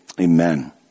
Amen